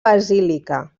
basílica